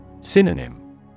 Synonym